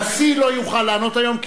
הנשיא לא יוכל לענות היום,